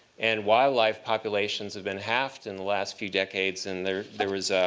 and wildlife populations have been halved in the last few decades. and there there was